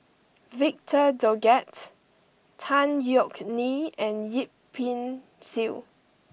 Victor Doggett Tan Yeok Nee and Yip Pin Xiu